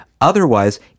Otherwise